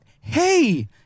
Hey